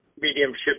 mediumship